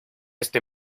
este